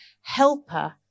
helper